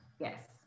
yes